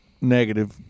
negative